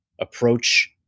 approach